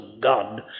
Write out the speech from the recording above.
God